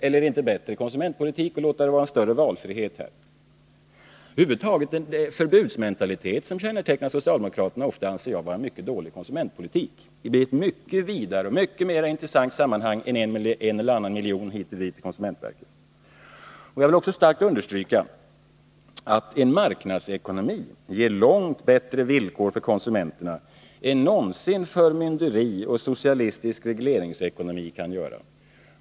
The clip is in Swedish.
Är det inte bättre konsumentpolitik att låta det vara större valfrihet? Den förbudsmentalitet som ofta kännetecknar socialdemokraterna anser jag vara mycket dålig konsumentpolitik. De här aspekterna ger ett mycket vidare och ett mycket mer intressant sammanhang än frågan om en eller annan miljon hit eller dit till konsumentverket. Jag vill också starkt understryka att en marknadsekonomi ger långt bättre villkor för konsumenterna än någonsin förmynderi och socialistisk regleringsekonomi kan ge.